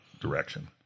direction